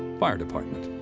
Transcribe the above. fire department,